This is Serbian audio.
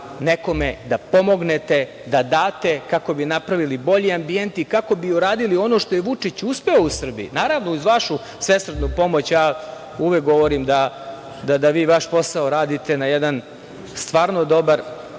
nekome da pomognete, da date, kako bi napravili bolji ambijent i kako bi uradili ono što je Vučić uspeo u Srbiji, naravno uz vašu svesrdnu pomoć. Uvek govorim da vi vaš posao radite na jedan stvarno, dobar